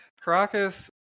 Caracas